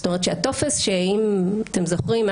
אם אתם זוכרים,